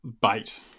bait